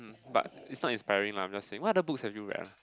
but it's not inspiring lah I'm just saying what other books have you read ah